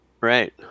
Right